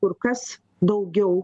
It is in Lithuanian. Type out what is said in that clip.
kur kas daugiau